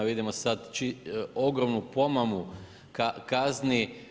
Vidimo sad ogromnu pomamu kazni.